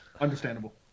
Understandable